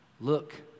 look